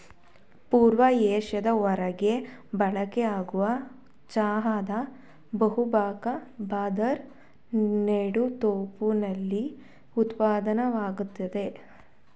ಪೂರ್ವ ಏಷ್ಯಾದ ಹೊರ್ಗೆ ಬಳಕೆಯಾಗೊ ಚಹಾದ ಬಹುಭಾ ಭಾರದ್ ನೆಡುತೋಪಲ್ಲಿ ಉತ್ಪಾದ್ನೆ ಆಗ್ತದೆ